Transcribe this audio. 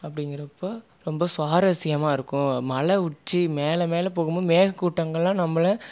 அப்படிங்கிறப்ப ரொம்ப சுவாரஸ்யமாக இருக்கும் மலை உச்சி மேலே மேலே போகும்போது மேகக்கூட்டங்கள்லாம் நம்மள